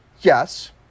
Yes